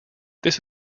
this